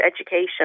education